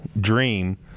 dream